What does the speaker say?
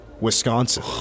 Wisconsin